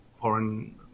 foreign